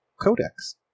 codex